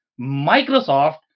Microsoft